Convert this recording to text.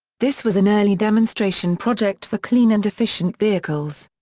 this was an early demonstration project for clean and efficient vehicles.